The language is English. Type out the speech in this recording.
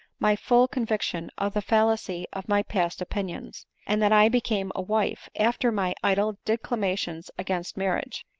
my full conviction of the fallacy of my past opinions, and that i became a wife, after my idle declamations against marriage,